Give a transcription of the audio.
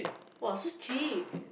!wah! so cheap